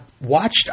watched